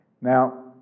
Now